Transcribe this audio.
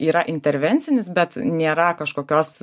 yra intervencinis bet nėra kažkokios